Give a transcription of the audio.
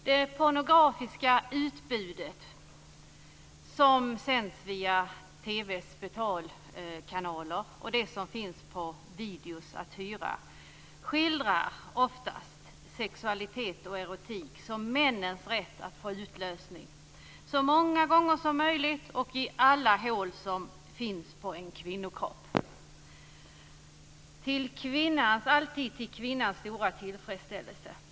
Det pornografiska utbudet via TV:s betalkanaler och på hyrvideor skildrar oftast sexualitet och erotik som männens rätt att få utlösning så många gånger som möjligt och i alla hål som finns på en kvinnokropp, alltid till kvinnans stora tillfredsställelse.